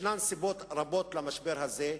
יש סיבות רבות למשבר הזה,